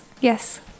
Yes